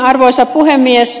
arvoisa puhemies